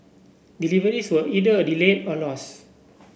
deliveries were either delayed or lost